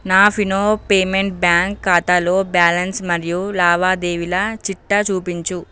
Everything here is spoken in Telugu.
నా ఫినో పేమెంట్ బ్యాంక్ ఖాతాలో బ్యాలన్స్ మరియు లావాదేవీల చిట్టా చూపించు